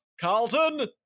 Carlton